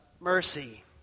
Mercy